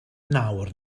nawr